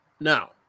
now